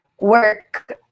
work